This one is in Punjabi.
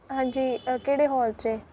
ਹਾਂਜੀ ਕਿਹੜੇ ਹਾਲ 'ਚ ਹੈ